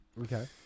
Okay